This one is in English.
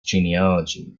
genealogy